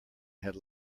had